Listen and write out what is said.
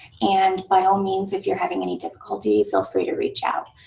and by all means, if you're having any difficulty, feel free to reach out.